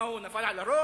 מה, הוא נפל על הראש?